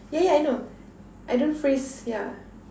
yeah yeah I know I don't phrase yeah